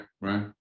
right